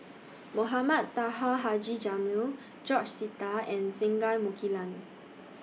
Mohamed Taha Haji Jamil George Sita and Singai Mukilan